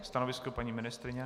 Stanovisko paní ministryně?